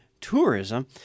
Tourism